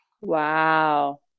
wow